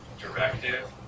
directive